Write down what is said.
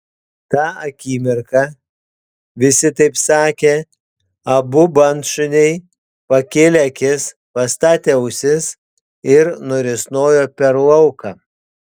tą akimirką visi taip sakė abu bandšuniai pakėlė akis pastatė ausis ir nurisnojo per lauką